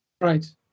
Right